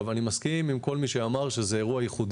אני מסכים עם כל מי שאמר שזה אירוע ייחודי.